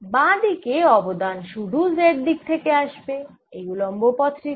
বাঁ দিকে অবদান শুধু z দিক থেকে আসবে এই উল্লম্ব পথ টি থেকে